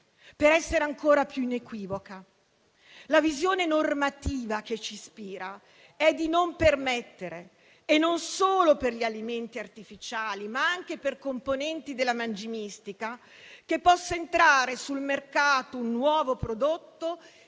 Per essere ancora più inequivoca, la visione normativa che ci ispira è di non permettere - e non solo per gli alimenti artificiali, ma anche per componenti della mangimistica - che possa entrare sul mercato un nuovo prodotto